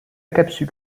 capsule